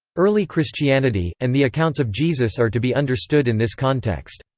early christianity, and the accounts of jesus are to be understood in this context.